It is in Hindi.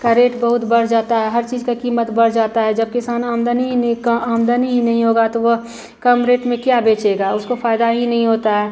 का रेट बहुत बढ़ जाता है हर चीज़ की कीमत बढ़ जाती है जब किसान आमदनी ही नहीं का आमदनी ही नहीं होगा तो वह कम रेट में क्या बेचेगा उसको फ़ायदा ही नहीं होता है